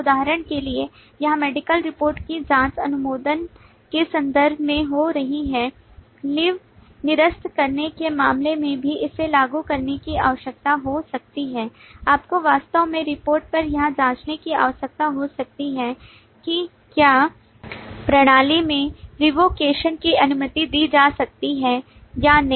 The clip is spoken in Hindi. उदाहरण के लिए यहां मेडिकल रिपोर्ट की जाँच अनुमोदन के संदर्भ में हो रही है लीवनिरस्त करने के मामले में भी इसे लागू करने की आवश्यकता हो सकती है आपको वास्तव में रिपोर्ट पर यह जाँचने की आवश्यकता हो सकती है कि क्या प्रणाली में revocation की अनुमति दी जा सकती है या नहीं